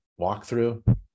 walkthrough